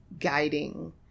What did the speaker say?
guiding